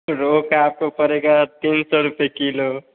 रोहू का आपको पड़ेगा तीन सौ रुपए किलो